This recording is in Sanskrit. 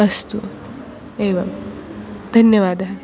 अस्तु एवं धन्यवादः